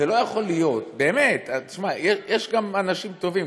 זה לא יכול להיות, באמת, תשמע, יש גם אנשים טובים.